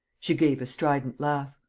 she gave a strident laugh